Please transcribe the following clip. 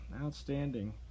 outstanding